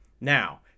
Now